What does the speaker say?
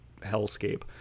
hellscape